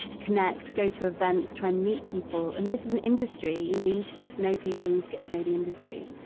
connect, go to events try and meet people and this is an industry you need to get to know people, you need to get to know the industry.